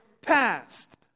past